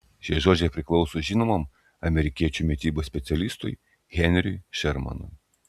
šie žodžiai priklauso žinomam amerikiečių mitybos specialistui henriui šermanui